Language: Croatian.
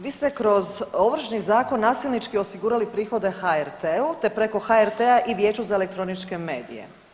Vi ste kroz Ovršni zakon nasilnički osigurali prihode HRT-u, te preko HRT-a i Vijeću za elektroničke medije.